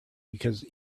because